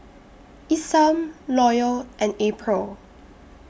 Isam Loyal and April